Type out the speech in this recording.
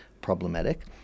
problematic